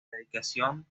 dedicación